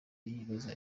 yibaza